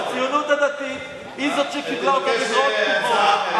הציונות הדתית היא זאת שקיבלה אותם בזרועות פתוחות.